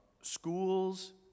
Schools